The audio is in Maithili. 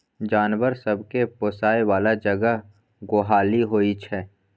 जानबर सब केँ पोसय बला जगह गोहाली होइ छै